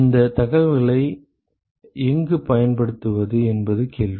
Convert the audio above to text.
இந்தத் தகவல்களை எங்கு பயன்படுத்துவது என்பது கேள்வி